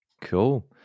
Cool